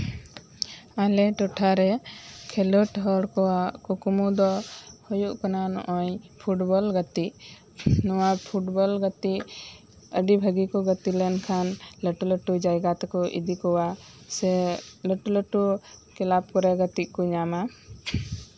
ᱟᱞᱮ ᱴᱚᱴᱷᱟ ᱨᱮ ᱠᱷᱮᱸᱞᱳᱰ ᱦᱚᱲ ᱠᱚᱣᱟ ᱠᱩᱠᱢᱩ ᱫᱚ ᱦᱩᱭᱩᱜ ᱠᱟᱱᱟ ᱱᱚᱜᱼᱚᱭ ᱯᱷᱩᱴᱵᱚᱞ ᱜᱟᱛᱮᱜ ᱱᱚᱶᱟ ᱯᱷᱩᱴᱵᱚᱞ ᱜᱟᱛᱮᱜ ᱟᱹᱰᱤ ᱵᱷᱟᱹᱜᱤ ᱠᱚ ᱜᱟᱛᱮ ᱞᱮᱱᱠᱷᱟᱱ ᱞᱟᱴᱩᱼᱞᱟᱴᱩ ᱡᱟᱭᱜᱟ ᱛᱮᱠᱚ ᱤᱫᱤ ᱠᱚᱣᱟ ᱥᱮ ᱞᱟᱴᱩᱼᱞᱟᱴᱩ ᱠᱞᱟᱵ ᱠᱚᱨᱮ ᱜᱟᱛᱮᱜ ᱠᱚ ᱧᱟᱢᱟ